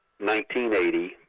1980